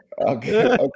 okay